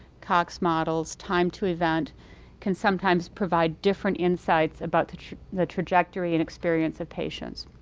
koch's models, time to event can sometimes provide different insights about the trajectory and experience of patients.